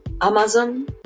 Amazon